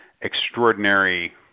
extraordinary